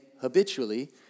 habitually